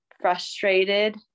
frustrated